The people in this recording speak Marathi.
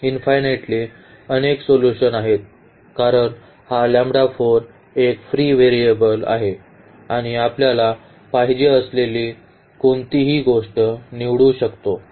इंफायनाइटली अनेक सोल्यूशन्स आहेत कारण हा एक फ्री व्हेरिएबल आहे आणि आपल्याला पाहिजे असलेली कोणतीही गोष्ट निवडू शकतो